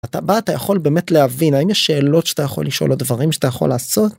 אתה בא אתה יכול באמת להבין האם יש שאלות שאתה יכול לשאול או דברים שאתה יכול לעשות.